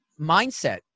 mindset